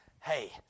Hey